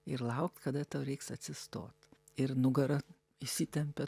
ir laukt kada tau reiks atsistot ir nugara įsitempia